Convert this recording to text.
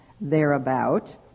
thereabout